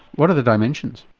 what are the dimensions?